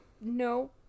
no